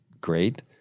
great